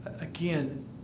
again